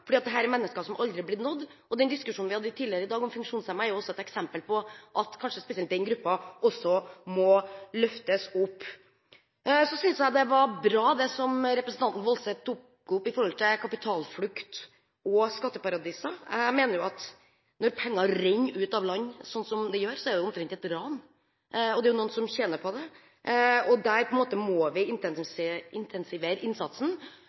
et eksempel på at kanskje spesielt den gruppen også må løftes opp. Så synes jeg det var bra det representanten Woldseth tok opp om kapitalflukt og skatteparadiser. Jeg mener at når penger renner ut av land, slik som det gjør, er det omtrent et ran, og det er jo noen som tjener på det. Der må vi intensivere innsatsen. Jeg syntes også det var interessant å høre om det møtet representanten Woldseth hadde vært på